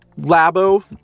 labo